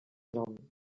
nom